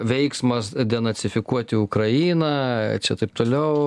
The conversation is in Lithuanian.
veiksmas denacifikuoti ukrainą čia taip tolau